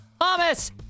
Thomas